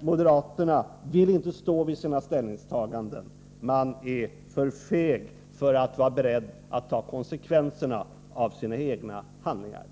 moderaterna inte vill stå vid sitt ställningstagande. De är för fega att vara beredda att ta konsekvenserna av sina egna handlingar.